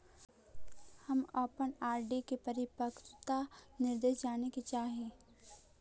हम अपन आर.डी के परिपक्वता निर्देश जाने के चाह ही